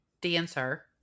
dancer